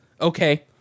okay